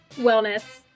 Wellness